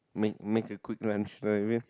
makes makes you good lunch right away